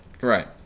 right